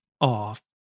off